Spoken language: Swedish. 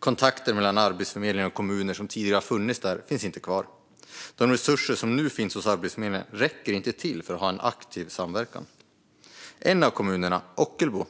Kontakter mellan Arbetsförmedlingen och kommuner som tidigare har funnits där finns inte kvar. De resurser som nu finns hos Arbetsförmedlingen räcker inte till för att ha en aktiv samverkan. En av kommunerna, Ockelbo,